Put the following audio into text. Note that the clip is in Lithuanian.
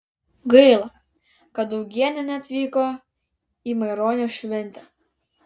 gaila kad augienė neatvyko į maironio šventę